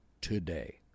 today